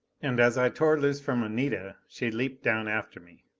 and as i tore loose from anita, she leaped down after me.